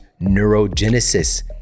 neurogenesis